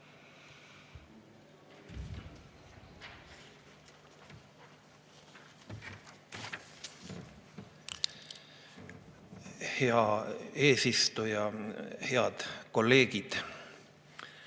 Hea eesistuja! Head kolleegid!